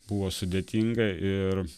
buvo sudėtinga ir